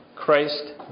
Christ